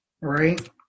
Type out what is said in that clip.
right